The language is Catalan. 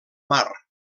mar